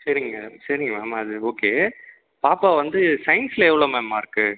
சரிங்க சரிங்க மேம் அது ஓகே பாப்பா வந்து சையின்ஸில் எவ்வளோ மேம் மார்க்கு